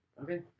Okay